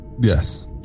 yes